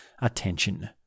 attention